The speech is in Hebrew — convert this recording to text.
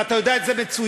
ואתה יודע את זה מצוין.